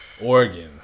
Oregon